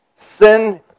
Sin